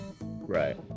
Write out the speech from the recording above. Right